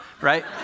right